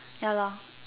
ya lah